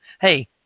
hey